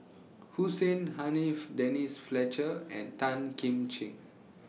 Hussein Haniff Denise Fletcher and Tan Kim Ching